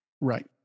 Right